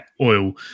Oil